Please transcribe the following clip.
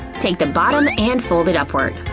take the bottom and fold it upward.